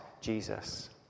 Jesus